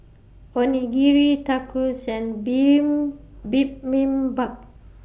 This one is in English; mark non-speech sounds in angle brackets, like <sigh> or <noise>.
Onigiri Tacos and <unintelligible> Bibimbap